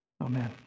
Amen